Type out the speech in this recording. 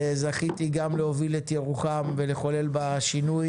זכיתי גם להוביל את ירוחם ולחולל בה שינוי